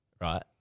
right